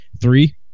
three